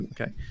Okay